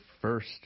first